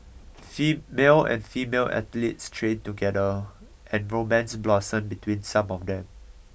male and female athletes trained together and romance blossomed between some of them